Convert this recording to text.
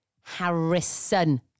Harrison